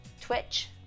twitch